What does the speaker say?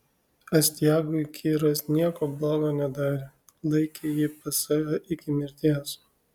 astiagui kyras nieko blogo nedarė laikė jį pas save iki mirties